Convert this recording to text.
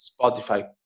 Spotify